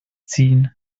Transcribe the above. ziehen